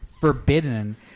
forbidden